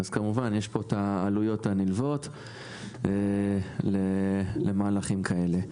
כמובן יש כאן את העלויות הנלוות למהלכים כאלה.